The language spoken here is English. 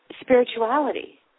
spirituality